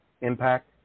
Impact